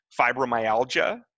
fibromyalgia